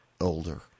older